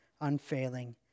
unfailing